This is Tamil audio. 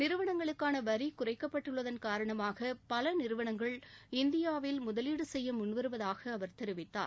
நிறுவனங்களுக்கான வரி குறைக்கப்பட்டுள்ளதன் காரணமாக பல நிறுவனங்கள் இந்தியாவில் முதலீடு செய்ய முன் வருவதாக அவர் தெரிவித்தார்